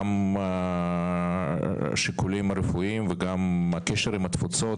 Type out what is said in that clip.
גם השיקולים הרפואיים וגם הקשר עם התפוצות,